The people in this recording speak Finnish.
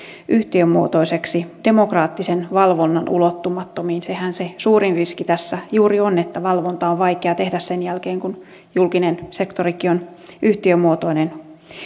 yhtiömuotoiseksi demokraattisen valvonnan ulottumattomiin sehän se suurin riski tässä juuri on että valvontaa on vaikeaa tehdä sen jälkeen kun julkinen sektorikin on yhtiömuotoinen